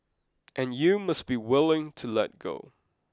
and you must be willing to let go